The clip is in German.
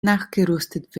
nachgerüstet